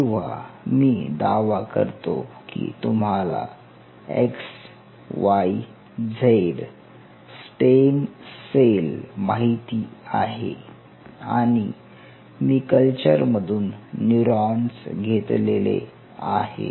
किंवा मी दावा करतो की तुम्हाला X Y Z stem cell माहिती आहे आणि मी कल्चर मधून न्यूरॉन्स घेतलेले आहे